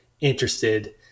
interested